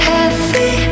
Heavy